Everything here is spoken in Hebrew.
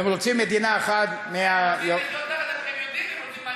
והם רוצים מדינה אחת, הם יודעים מה הם רוצים.